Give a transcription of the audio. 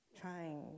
trying